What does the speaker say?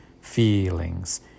feelings